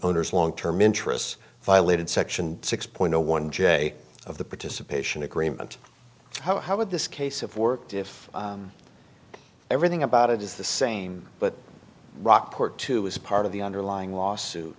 owner's long term interests violated section six point zero one j of the participation agreement how how would this case of worked if everything about it is the same but rockport two is part of the underlying lawsuit